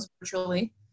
virtually